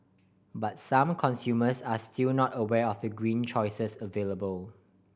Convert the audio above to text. but some consumers are still not aware of the green choices available